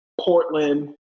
Portland